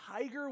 Tiger